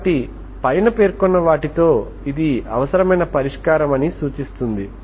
కాబట్టి మీరు బౌండరీ డేటాను అందించాల్సి ఉంటుంది